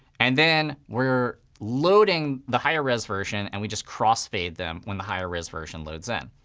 and then we're loading the higher res version, and we just cross fade them when the higher res version loads in.